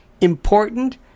important